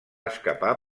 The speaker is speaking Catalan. escapar